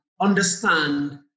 understand